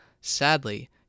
Sadly